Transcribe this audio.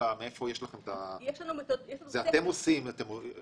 אתם עושים את זה?